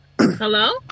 Hello